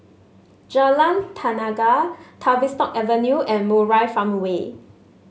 Jalan Tenaga Tavistock Avenue and Murai Farmway